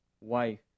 wife